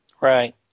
Right